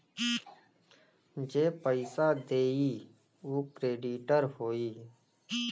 जे पइसा देई उ क्रेडिटर होई